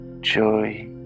joy